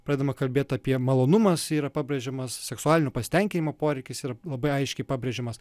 pradedama kalbėt apie malonumas yra pabrėžiamas seksualinio pasitenkinimo poreikis yra labai aiškiai pabrėžiamas